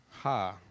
ha